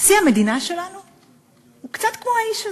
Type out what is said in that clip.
נשיא המדינה שלנו הוא קצת כמו האיש הזה,